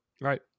right